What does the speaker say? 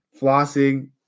flossing